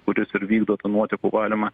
kuris ir vykdo tą nuotekų valymą